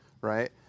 right